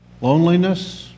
loneliness